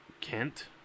Kent